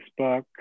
facebook